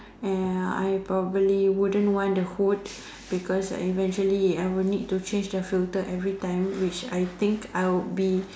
uh I probably wouldn't want the hood because I eventually I would need to change the filter every time which I think I would be